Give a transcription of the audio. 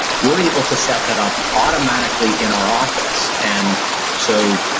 we're able to set that up automatically in our office. and so,